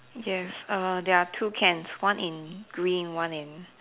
yes err there are two cans one in green one in